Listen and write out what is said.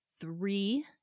three